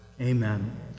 amen